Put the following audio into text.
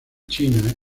china